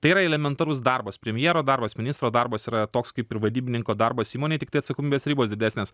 tai yra elementarus darbas premjero darbas ministro darbas yra toks kaip ir vadybininko darbas įmonėj tiktai atsakomybės ribos didesnės